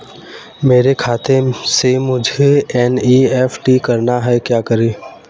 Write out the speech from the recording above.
मेरे खाते से मुझे एन.ई.एफ.टी करना है क्या करें?